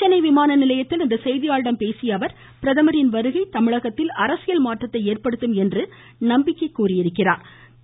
சென்னை விமான நிலையத்தில் இன்று செய்தியாளர்களிடம் பேசிய அவர் பிரதமரின் வருகை தமிழகத்தில் அரசியல் மாற்றத்தை ஏற்படுத்தும் என்றும் அவர் நம்பிக்கை தெரிவித்திருக்கிறார்